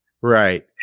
right